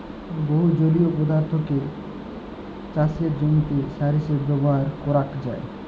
বহু জলীয় পদার্থকে চাসের জমিতে সার হিসেবে ব্যবহার করাক যায়